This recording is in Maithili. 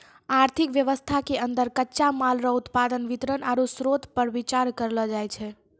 आर्थिक वेवस्था के अन्दर कच्चा माल रो उत्पादन वितरण आरु श्रोतपर बिचार करलो जाय छै